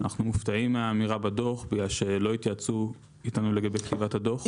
ואנחנו מופתעים מהאמירה בדוח כי לא התייעצו איתנו לגבי כתיבת הדוח.